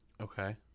Okay